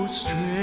straight